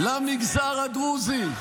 למגזר הדרוזי.